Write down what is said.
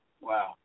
Wow